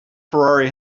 ferrari